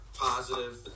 positive